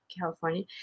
California